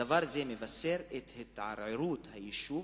דבר זה מבשר את התערערות היישוב,